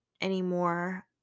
anymore